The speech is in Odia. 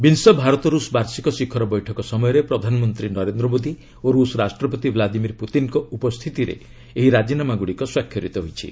ବିଂଶ ଭାରତ ରୁଷ ବାର୍ଷିକ ଶିଖର ବୈଠକ ସମୟରେ ପ୍ରଧାନମନ୍ତ୍ରୀ ନରେନ୍ଦ୍ର ମୋଦୀ ଓ ରୁଷ ରାଷ୍ଟ୍ରୀପତି ଭ୍ଲାଦିମିର୍ ପୁତିନ୍ଙ୍କ ଉପସ୍ଥିତିରେ ଏହି ରାଜିନାମାଗୁଡ଼ିକ ସ୍ୱାକ୍ଷରିତ ହୋଇଛି